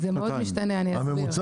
זה מאוד משתנה, אני אסביר.